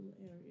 area